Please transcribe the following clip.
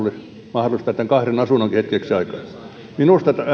mahdollistaa tämän toisen asunnonkin hetkeksi aikaa minusta